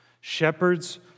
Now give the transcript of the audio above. shepherds